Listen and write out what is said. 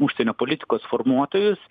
užsienio politikos formuotojus